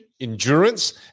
endurance